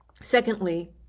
Secondly